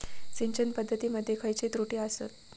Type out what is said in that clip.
सिंचन पद्धती मध्ये खयचे त्रुटी आसत?